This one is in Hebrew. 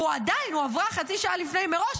ועדיין הועברה חצי שעה לפני מראש,